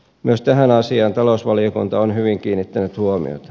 myös tähän asiaan talousvaliokunta on hyvin kiinnittänyt huomiota